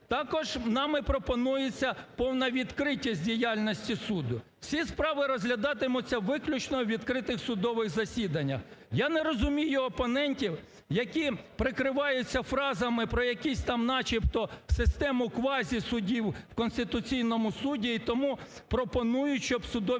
Також нами пропонується повна відкритість діяльності суду. Всі справи розглядатимуться виключно у відкритих судових засіданнях. Я не розумію опонентів, які прикриваються фразами про якісь там, начебто, систему квазісудів в Конституційному Суду і тому пропонують, щоб судові